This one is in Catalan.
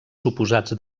suposats